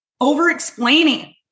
overexplaining